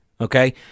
okay